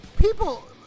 people